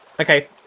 Okay